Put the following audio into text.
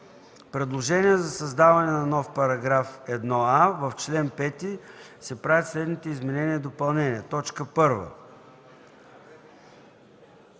Предложение за създаване на нов § 1а: „§ 1а. В чл. 5 се правят следните изменения и допълнения: 1.